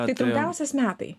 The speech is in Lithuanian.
tai trumpiausias metai